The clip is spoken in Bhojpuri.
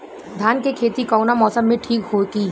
धान के खेती कौना मौसम में ठीक होकी?